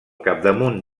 capdamunt